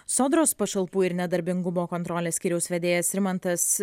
sodros pašalpų ir nedarbingumo kontrolės skyriaus vedėjas rimantas